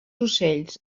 ocells